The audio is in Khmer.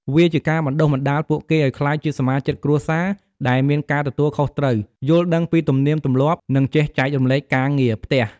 វាជាការបណ្ដុះបណ្ដាលពួកគេឲ្យក្លាយជាសមាជិកគ្រួសារដែលមានការទទួលខុសត្រូវ យល់ដឹងពីទំនៀមទម្លាប់ និងចេះចែករំលែកការងារផ្ទះ។